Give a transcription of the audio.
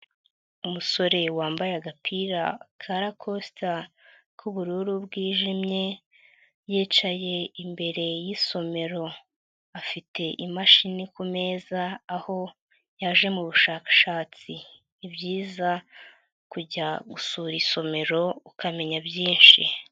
Umusore wambaye agapira ka rakosita k'ubururu bwijimye yicaye imbere yisomero, afite imashini ku meza aho yaje mu bushakashatsi, ni byiza kujya gusura isomero ukamenya byinshi.